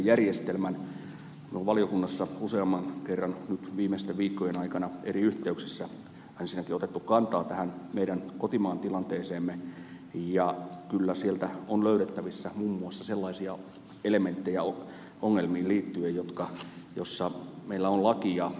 meillä on valiokunnassa usean kerran nyt viimeisten viikkojen aikana eri yhteyksissä ensinnäkin otettu kantaa tähän meidän kotimaan tilanteeseemme ja kyllä sieltä on löydettävissä muun muassa sellaisia elementtejä ongelmiin liittyen joissa meillä on laki